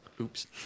Oops